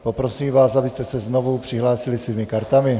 Poprosím vás, abyste se znovu přihlásili svými kartami.